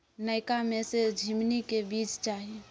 नयका में से झीमनी के बीज चाही?